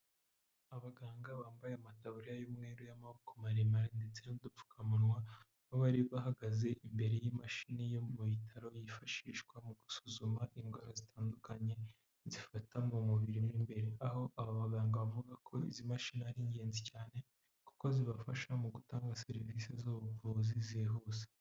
Abaganga bambaye amataburiya y'umweru y'amabokoko maremare ndetse n'udupfukamunwa bo' bari bahagaze imbere y'imashini yo mu bitaro yifashishwa mu gusuzuma indwara zitandukanye zifata mu mubiri w'imbere aho aba baganga bavuga ko izi mashini ari ingenzi cyane kuko zibafasha mu gutanga serivisi z'ubuvuzi zihuse.